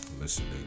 listening